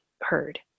heard